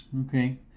Okay